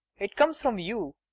it comes from you.